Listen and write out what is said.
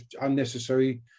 unnecessary